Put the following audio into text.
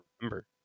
remember